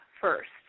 first